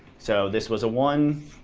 so this was a one,